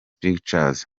pictures